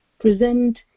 present